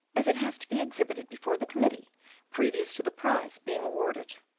as it has to be exhibited before the committee previous to the prize being awarded.